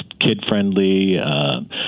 kid-friendly